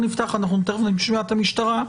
נפתח אנחנו תכף נשמע את המשטרה.